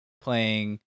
playing